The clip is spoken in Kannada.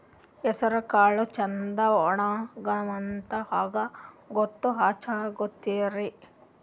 ಹೆಸರಕಾಳು ಛಂದ ಒಣಗ್ಯಾವಂತ ಹಂಗ ಗೂತ್ತ ಹಚಗೊತಿರಿ?